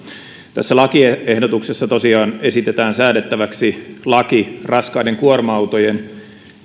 tässä lakiehdotuksessa tosiaan esitetään säädettäväksi laki raskaiden kuorma autojen